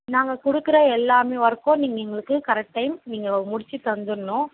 நாங்கள் கொடுக்குற எல்லா ஒர்க்கும் நீங்கள் எங்களுக்கு கரெக்ட் டைம் நீங்கள் முடித்து தந்துடணும்